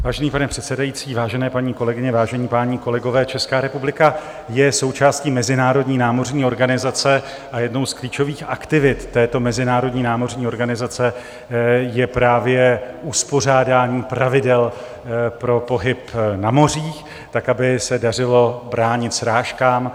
Vážený pane předsedající, vážené paní kolegyně, vážení páni kolegové, Česká republika je součástí mezinárodní námořní organizace a jednou z klíčových aktivit této mezinárodní námořní organizace je právě uspořádání pravidel pro pohyb na mořích tak, aby se dařilo bránit srážkám.